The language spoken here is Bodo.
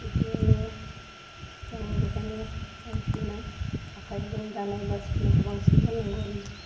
बिदियैनो जों बेखायनो बांसिनानो आखाइजों दानाय बा सुथेनायखौ बांसिन गान्नांगौ आरो ना